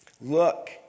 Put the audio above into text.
Look